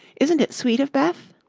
isn't it sweet of beth?